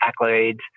accolades